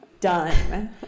Done